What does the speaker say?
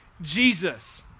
Jesus